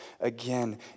again